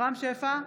רם שפע,